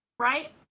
Right